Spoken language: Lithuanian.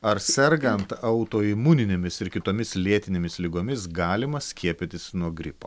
ar sergant autoimuninėmis ir kitomis lėtinėmis ligomis galima skiepytis nuo gripo